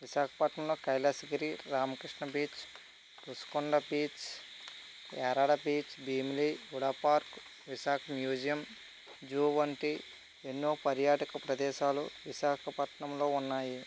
విశాఖపట్నంలో Kailasagiri Ramakrishna beach Rushikonda beach Yarada beach Bheemili HUDA park Visakha museum zoo వంటి ఎన్నో పర్యాటక ప్రదేశాలు విశాఖపట్నంలో ఉన్నాయి